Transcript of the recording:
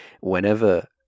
whenever